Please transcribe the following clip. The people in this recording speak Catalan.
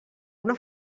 una